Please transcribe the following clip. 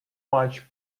much